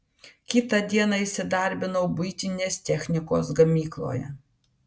kitą dieną įsidarbinau buitinės technikos gamykloje